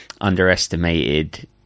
underestimated